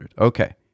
Okay